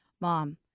Mom